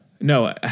No